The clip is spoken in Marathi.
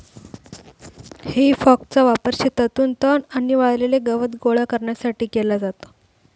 हेई फॉकचा वापर शेतातून तण आणि वाळलेले गवत गोळा करण्यासाठी केला जातो